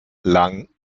lang